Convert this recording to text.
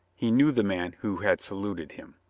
he knew the man who had saluted him.